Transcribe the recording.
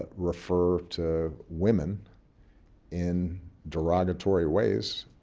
but refer to women in derogatory ways